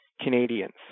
Canadians